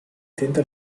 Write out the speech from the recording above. tenta